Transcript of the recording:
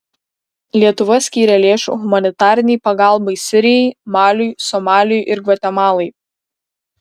lietuva skyrė lėšų humanitarinei pagalbai sirijai maliui somaliui ir gvatemalai